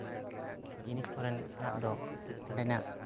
ᱡᱤᱱᱤᱥ ᱠᱚᱨᱮ ᱠᱷᱚᱱᱟᱜ ᱫᱚ ᱚᱸᱰᱮᱱᱟᱜ